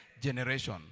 generation